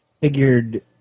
figured